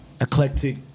eclectic